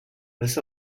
this